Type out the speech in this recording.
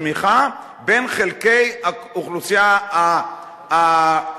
הצמיחה בין חלקי האוכלוסייה השונים.